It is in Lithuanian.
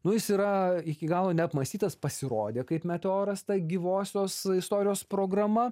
nu jis yra iki galo neapmąstytas pasirodė kaip meteoras ta gyvosios istorijos programa